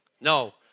No